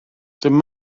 dim